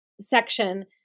section